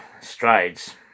strides